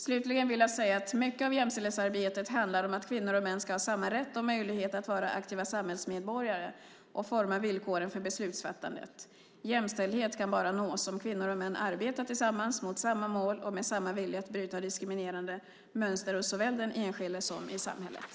Slutligen vill jag säga att mycket av jämställdhetsarbetet handlar om att kvinnor och män ska ha samma rätt och möjlighet att vara aktiva samhällsmedborgare och forma villkoren för beslutsfattandet. Jämställdhet kan bara nås om kvinnor och män arbetar tillsammans, mot samma mål och med samma vilja att bryta diskriminerande mönster såväl hos den enskilde som i samhället.